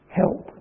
help